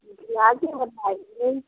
जी आगे बताइए